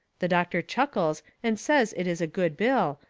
the doctor chuckles and says it is a good bill,